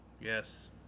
Yes